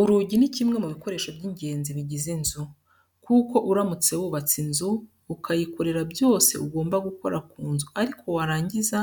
Urugi ni kimwe mu bikoresho by'ingenzi bigize inzu, kuko uramutse wubatse inzu ukayikorera byose ugomba gukora ku nzu ariko warangiza